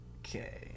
Okay